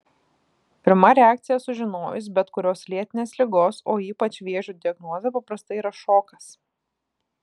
pirma reakcija sužinojus bet kurios lėtinės ligos o ypač vėžio diagnozę paprastai yra šokas